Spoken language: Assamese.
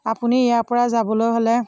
আপুনি ইয়াৰ পৰা যাবলৈ হ'লে